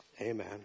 amen